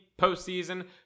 postseason